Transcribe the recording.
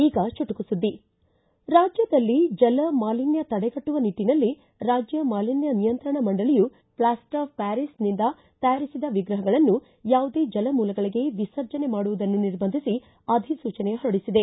ಈಗ ಚುಟುಕು ಸುದ್ದಿ ರಾಜ್ಯದಲ್ಲಿ ಜಲ ಮಾಲಿನ್ಯ ತಡೆಗಟ್ಟುವ ನಿಟ್ಟನಲ್ಲಿ ರಾಜ್ಯ ಮಾಲಿನ್ಯ ನಿಯಂತ್ರಣ ಮಂಡಳಿಯು ಪ್ಲಾಸ್ಟರ್ ಆಫ್ ಪ್ಮಾರಿಸ್ನಿಂದ ತಯಾರಿಸಿದ ವಿಗ್ರಹಗಳನ್ನು ಯಾವುದೇ ಜಲಮೂಲಗಳಿಗೆ ವಿಸರ್ಜನೆ ಮಾಡುವುದನ್ನು ನಿರ್ಬಂಧಿಸಿ ಅಧಿಸೂಚನೆ ಹೊರಡಿಸಿದೆ